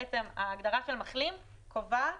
בעצם ההגדרה של מחלים קובעת,